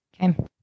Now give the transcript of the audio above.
Okay